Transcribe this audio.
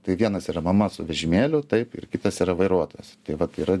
tai vienas yra mama su vežimėliu taip ir kitas yra vairuotojas tai vat yra